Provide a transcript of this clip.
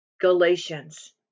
Galatians